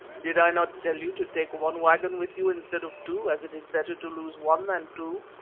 did i not tell you to take one waggon with you instead of two, as it is better to lose one than two?